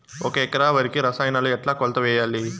ఒక ఎకరా వరికి రసాయనాలు ఎట్లా కొలత వేయాలి?